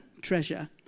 treasure